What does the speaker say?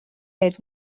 let